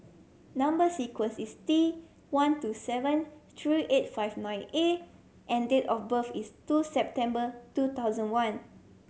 number sequence is T one two seven three eight five nine A and date of birth is two September two thousand one